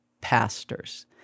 pastors